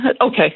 Okay